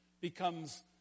becomes